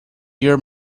your